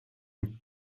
een